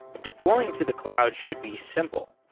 deploying to the cloud should be simple.